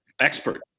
expert